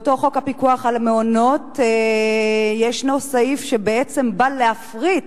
באותו חוק הפיקוח על המעונות יש סעיף שבעצם בא להפריט